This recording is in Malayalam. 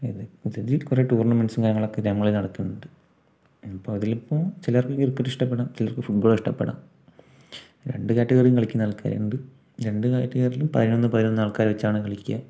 ഇത് ഇതിൽ കുറേ ടൂർണമെൻ്റ്സും കാര്യങ്ങളൊക്കെ ഗ്രാമങ്ങളിൽ നടത്തുന്നുണ്ട് ഇപ്പോൾ അതിലിപ്പോൾ ചിലർക്ക് ക്രിക്കറ്റ് ഇഷ്ടപ്പെടാം ചിലർക്ക് ഫൂട്ബോൾ ഇഷ്ടപ്പെടാം രണ്ട് കാറ്റഗറിയും കളിക്കുന്ന ആൾക്കാരുണ്ട് രണ്ട് കാറ്റഗറിലും പതിനൊന്ന് പതിനൊന്ന് ആൾക്കാരെ വെച്ചാണ് കളിക്കുക